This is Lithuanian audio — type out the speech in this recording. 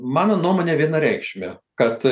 mano nuomonė vienareikšmė kad